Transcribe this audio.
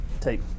take